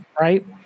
right